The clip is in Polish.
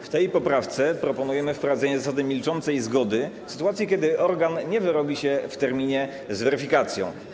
W tej poprawce proponujemy wprowadzenie zasady milczącej zgody w sytuacji, kiedy organ nie wyrobi się w terminie z weryfikacją.